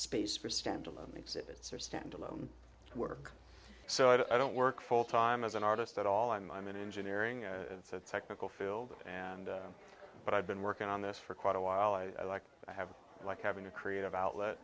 are standalone work so i don't work full time as an artist at all i'm i'm an engineering technical field and but i've been working on this for quite a while i like i have like having a creative outlet